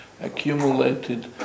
accumulated